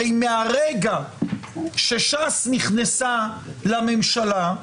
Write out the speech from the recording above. הרי מהרגע שש"ס נכנסה לממשלה,